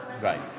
Right